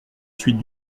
suite